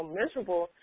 miserable